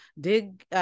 dig